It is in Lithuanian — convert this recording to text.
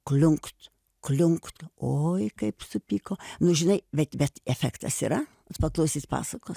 kliunkt kliunkt oi kaip supyko nu žinai bet bet efektas yra paklausys pasakos